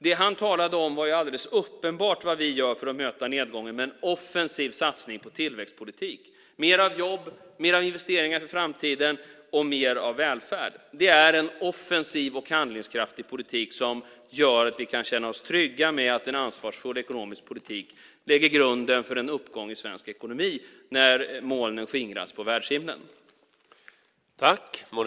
Det han talade om var alldeles uppenbart vad vi gör för att möta nedgången med en offensiv satsning på tillväxtpolitik, mer av jobb, mer av investeringar för framtiden och mer av välfärd. Det är en offensiv och handlingskraftig politik som gör att vi kan känna oss trygga med att en ansvarsfull ekonomisk politik lägger grunden för en uppgång i svensk ekonomi när molnen skingras på världshimlen.